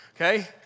Okay